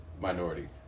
minority